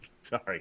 Sorry